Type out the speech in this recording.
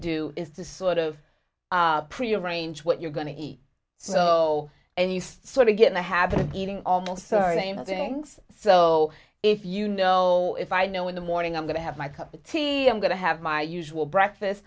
do is to sort of prearrange what you're going to eat so and you sort of get in the habit of eating almost sorry game of things so if you know if i know in the morning i'm going to have my cup of tea i'm going to have my usual breakfast